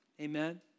Amen